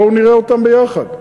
בואו נראה אותם ביחד: